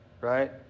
right